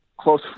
close